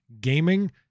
gaming